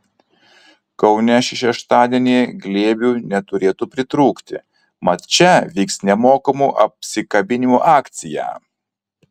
kaune šį šeštadienį glėbių neturėtų pritrūkti mat čia vyks nemokamų apsikabinimų akcija